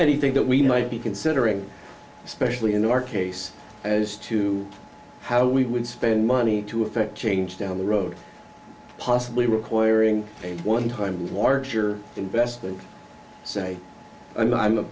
anything that we might be considering especially in our case as to how we would spend money to effect change down the road possibly requiring a one time work your investment say i'm